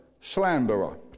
slanderer